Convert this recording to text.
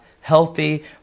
healthy